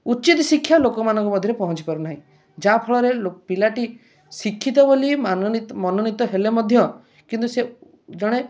ଉଚିତ୍ ଶିକ୍ଷା ଲୋକମାନଙ୍କ ମଧ୍ୟରେ ପହଞ୍ଚି ପାରୁନାହିଁ ଯାହା ଫଳରେ ପିଲାଟି ଶିକ୍ଷିତ ବୋଲି ମନୋନୀତ ହେଲେ ମଧ୍ୟ କିନ୍ତୁ ସେ ଜଣେ